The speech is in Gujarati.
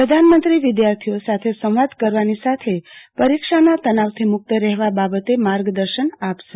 પ્રધાનમંત્રી વિધાર્થીઓ સાથે સંવાદ કરવાની સાથે પરીક્ષાના તનાવથી મુકત રહેવા બાબતે માર્ગદર્શન આપશે